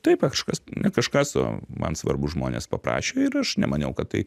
taip kažkas ne kažkas o man svarbūs žmonės paprašė ir aš nemaniau kad tai